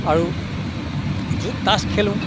আৰু জুত টাচ খেলোঁ